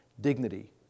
dignity